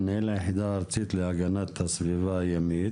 מנהל היחידה הארצית להגנת הסביבה הימית.